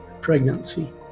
pregnancy